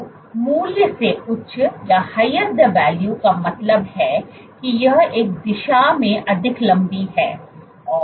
तो मूल्य से उच्च का मतलब है कि यह एक दिशा में अधिक लम्बी है